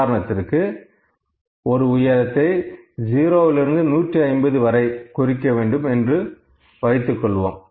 உதாரணத்திற்கு ஒரு உயரத்தை 0 லிருந்து 150 வரை குறிக்க வேண்டும் என்று வைத்துக்கொள்வோம்